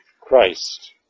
Christ